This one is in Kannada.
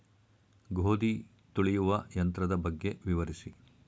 ಗೋಧಿ ತುಳಿಯುವ ಯಂತ್ರದ ಬಗ್ಗೆ ವಿವರಿಸಿ?